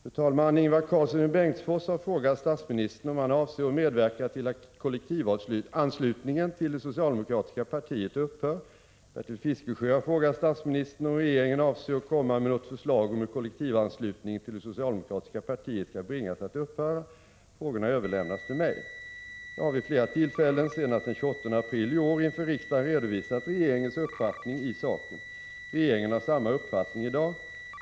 Fru talman! Ingvar Karlsson i Bengtsfors har frågat statsministern om han avser att medverka till att kollektivanslutningen till det socialdemokratiska partiet upphör. Bertil Fiskesjö har frågat statsministern om regeringen avser att komma med något förslag om hur kollektivanslutningen till det socialdemokratiska partiet skall bringas att upphöra. Frågorna har överlämnats till mig. Jag har vid flera tillfällen — senast den 28 april i år — inför riksdagen redovisat regeringens uppfattning i saken. Regeringen har samma uppfattning i dag.